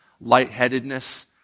lightheadedness